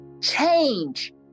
Change